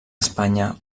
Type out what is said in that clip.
espanya